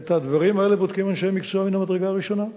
את הדברים האלה בודקים אנשי מקצוע מן המדרגה הראשונה,